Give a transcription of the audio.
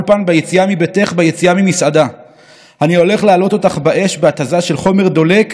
כעת, כשאתה רואה